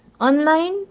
online